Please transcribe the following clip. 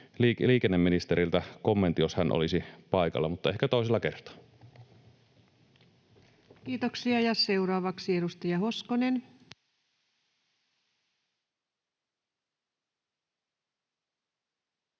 liikenneministeriltä kommentin, jos hän olisi paikalla, mutta ehkä toisella kertaa. [Speech 296] Speaker: Ensimmäinen